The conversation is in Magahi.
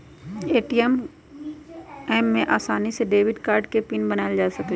ए.टी.एम में आसानी से डेबिट कार्ड के पिन बनायल जा सकई छई